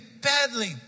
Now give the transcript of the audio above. badly